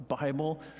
Bible